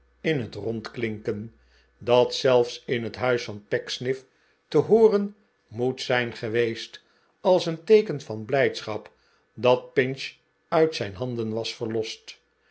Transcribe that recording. in het rond klinkeh dat zelfs in het huis van pecksniff te hooren moet zijn geweest als een teeken van blijdschap dat pinch uit zijn handen was verlost